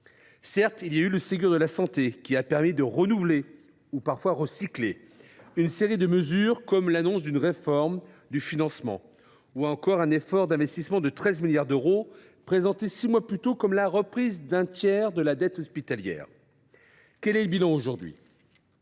Certes, il y a eu le Ségur de la santé qui a permis de renouveler – ou recycler – une série de mesures, comme l’annonce d’une réforme du financement ou un effort d’investissement de 13 milliards d’euros, présenté six mois plus tôt comme la reprise d’un tiers de la dette hospitalière. Quel est le bilan aujourd’hui ?